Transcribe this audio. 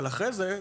אבל אחרי זה,